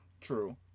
True